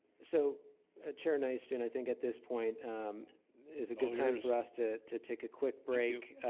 so chair nystuen, i think at this point is a good time for us to to take a quick break.